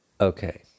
Okay